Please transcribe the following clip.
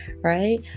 right